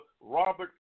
Robert